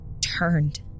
turned